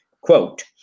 quote